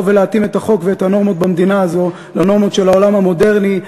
ולהתאים את החוק ואת הנורמות במדינה הזאת לנורמות של העולם המודרני,